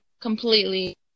completely